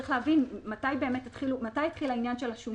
צריך להבין מתי התחיל העניין של השומות.